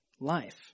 life